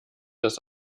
das